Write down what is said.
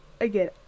Again